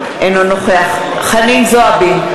אינו נוכח חנין זועבי,